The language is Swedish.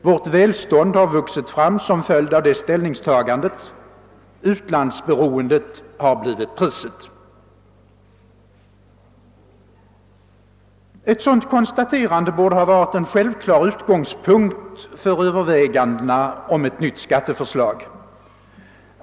Vårt välstånd har vuxit fram som följd av det ställningstagandet. Utilands beroendet har blivit priset härför. Ett sådant konstaterande borde ha varit en självklar utgångspunkt för överväganden om ett nytt skatteförslag.